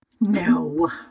No